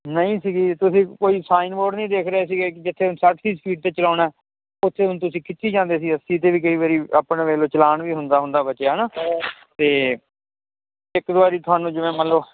ਨਹੀਂ ਸੀਗੀ ਤੁਸੀਂ ਕੋਈ ਸਾਈਨ ਬੋਰਡ ਨੀ ਦੇਖ ਰਹੇ ਸੀਗੇ ਕੇ ਕਿੱਥੇ ਨੂੰ ਸੱਠ ਦੀ ਸਪੀਡ ਤੇ ਚਲਾਉਣਾ ਐ ਓਥੇ ਹੁਣ ਤੁਸੀਂ ਖਿੱਚੀ ਜਾਂਦੇ ਸੀ ਅੱਸੀ ਤੇ ਵੀ ਕਈ ਵਰੀ ਆਪਣਾ ਵੇਖਲੋ ਚਲਾਣ ਵੀ ਹੁੰਦਾ ਹੁੰਦਾ ਬਚਿਆ ਤੇ ਇੱਕ ਵਾਰੀ ਤੁਹਾਨੂੰ ਜਿਵੇਂ ਮਤਲਬ